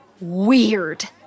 weird